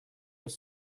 have